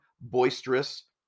boisterous